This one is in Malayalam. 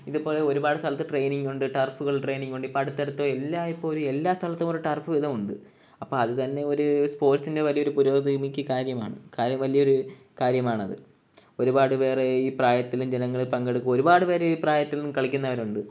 ഇതുപോലെ ഒരുപാട് സ്ഥലത്ത് ട്രെയിനിങ്ങുണ്ട് ടർഫുകൾ ട്രെയിനിങ്ങുണ്ട് ഇപ്പോൾ അടുത്തടുത്ത് എല്ലായ്പ്പോഴും എല്ലാ സ്ഥലത്തും ഒരു ടർഫ് വീതമുണ്ട് അപ്പോൾ അതു തന്നെയൊരു സ്പോർട്സിനു വലിയൊരു പുരോഗതിക്ക് കാര്യമാണ് കാര്യം വലിയൊരു കാര്യമാണത് ഒരുപാടു പേർ ഈ പ്രായത്തിലും ജനങ്ങളിൽ പങ്കെടുക്കുക ഒരുപാടു പേർ ഈ പ്രായത്തിലും കളിക്കുന്നവരുണ്ട്